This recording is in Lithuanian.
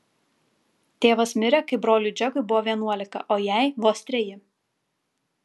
tėvas mirė kai broliui džekui buvo vienuolika o jai vos treji